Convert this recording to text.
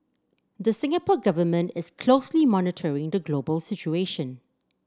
the Singapore Government is closely monitoring the global situation